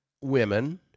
women